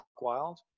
wild